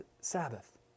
Sabbath